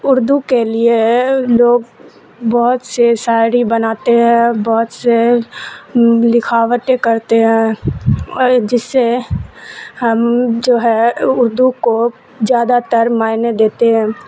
اردو کے لیے لوگ بہت سے شاعری بناتے ہیں بہت سے لکھاوٹیں کرتے ہیں اور جس سے ہم جو ہے اردو کو زیادہ تر معنے دیتے ہیں